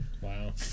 Wow